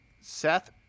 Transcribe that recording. Seth